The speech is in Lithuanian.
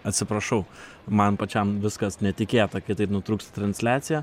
atsiprašau man pačiam viskas netikėta kitaip nutrūks transliacija